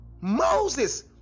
Moses